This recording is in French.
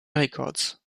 records